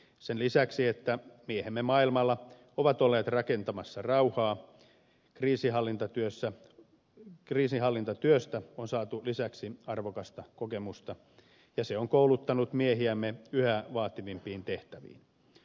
sen lisäksi että miehemme maailmalla ovat olleet rakentamassa rauhaa kriisinhallintatyöstä on saatu lisäksi arvokasta kokemusta ja se on kouluttanut miehiämme yhä vaativampiin tehtäviin